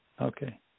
Okay